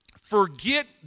forget